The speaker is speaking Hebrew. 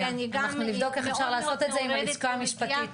אנחנו נבדוק איך אפשר לעשות את זה עם הלשכה המשפטית.